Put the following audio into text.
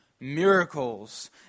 miracles